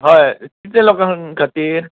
हय कितल्या लोकां खातीर